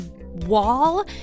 wall